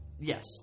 yes